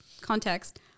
context